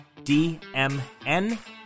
DMN